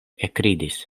ekridis